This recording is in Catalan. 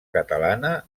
catalana